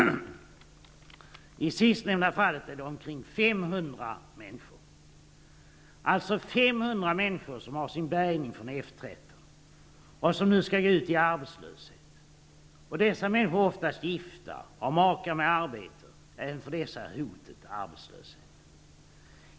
De sistnämnda är omkring 500 människor. Det är alltså 500 människor som har sin bärgning från F 13 och som nu skall gå ut i arbetslöshet. Dessa människor är oftast gifta och har makar som arbetar. Även för dessa är hotet arbetlöshet.